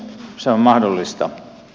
se on mahdollista